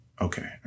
Okay